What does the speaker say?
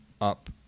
up